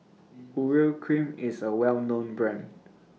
Urea Cream IS A Well known Brand